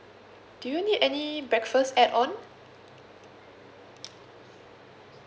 do you need any breakfast add on